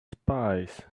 spies